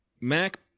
Mac